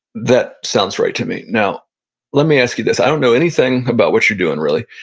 that sounds right to me. now let me ask you this. i don't know anything about what you're doing really,